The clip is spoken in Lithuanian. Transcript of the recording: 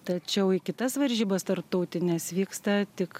tačiau į kitas varžybas tarptautines vyksta tik